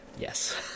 Yes